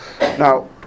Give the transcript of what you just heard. Now